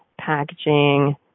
packaging